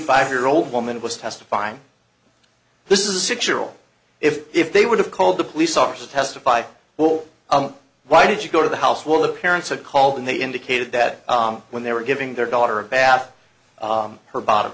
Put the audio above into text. five year old woman was testifying this is a six year old if if they would have called the police officer testified well why did you go to the house where the parents are called and they indicated that when they were giving their daughter a bath her bottom